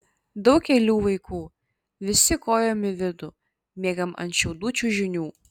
daug eilių vaikų visi kojom į vidų miegam ant šiaudų čiužinių